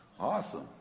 Awesome